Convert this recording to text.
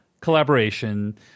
collaboration